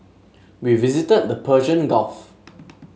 we visited the Persian Gulf